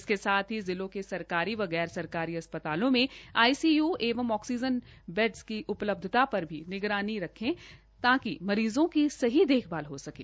इसके साथ ही जिलों के सरकारी व गैर सरकारी अस्पतालों मे आईसीयू एवं ऑक्सीजन बैडस की उपलब्धता पर निगरानी रखे ताकि मरीज़ो की सही देखभाल हो सकें